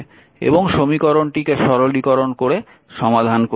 এবং সমীকরণটিকে সরলীকরণ করে সমাধান করতে হবে